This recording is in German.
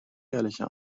ehrliche